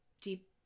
deep